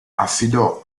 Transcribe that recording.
affidò